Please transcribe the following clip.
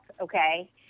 Okay